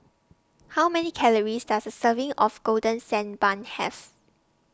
How Many Calories Does A Serving of Golden Sand Bun Have